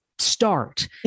start